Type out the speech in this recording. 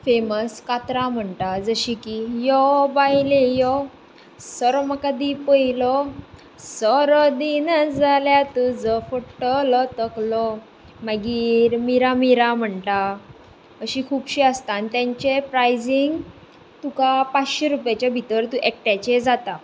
famous कांतरां म्हणटा जशीं की यो बायले यो सोरो म्हाका दी पोयलो सोरो दिना जाल्यार तुजो फोडटोलो तोकलो मागीर मिरा मिरा म्हणटा अशीं खुबशीं आसता आनी तेंचें प्रायसींग तुका पांचशे रुपयाचे भितर एकठ्याचें जाता